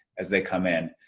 as they come in.